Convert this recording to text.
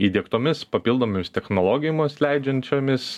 įdiegtomis papildomomis technologijom leidžiančiomis